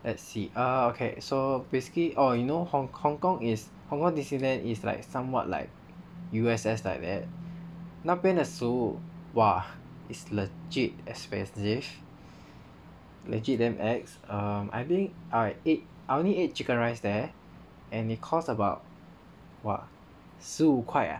let's see ah okay so basically orh you know Hong Hong-Kong is Hong-Kong Disneyland is like somewhat like U_S_S like that 那边的食物 !wah! is legit expensive legit damn ex um I think I ate I only ate chicken rice there and it cost about !wah! 十五块 ah